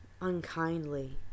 unkindly